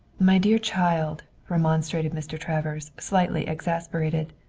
my dear child, remonstrated mr. travers, slightly exasperated,